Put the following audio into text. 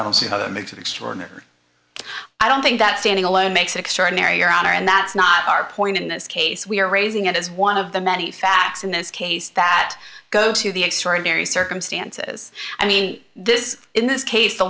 i don't see how that makes it extraordinary or i don't think that standing alone makes extraordinary your honor and that's not our point in this case we are raising it as one of the many facts in this case that go to the extraordinary circumstances i mean this is in this case the